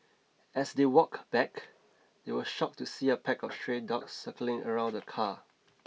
as they walk back they were shocked to see a pack of stray dogs circling around the car